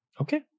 Okay